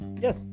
Yes